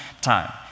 time